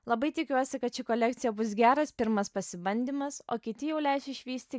labai tikiuosi kad ši kolekcija bus geras pirmas pasibandymas o kiti jau leis išvysti